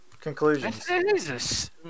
conclusions